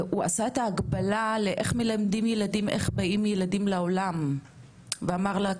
הוא עשה את ההקבלה לאיך מלמדים ילדים איך באים ילדים לעולם ואמר לה,